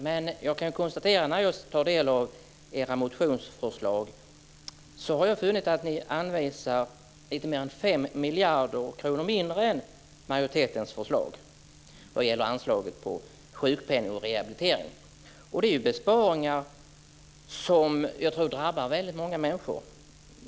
Men när jag tagit del av era motionsförslag har jag funnit att ni anvisar lite mer än 5 miljarder kronor mindre än majoritetens förslag vad gäller anslaget till sjukpenning och rehabilitering. Det är besparingar som jag tror drabbar väldigt många människor.